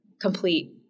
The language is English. complete